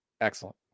excellent